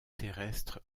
terrestres